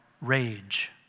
rage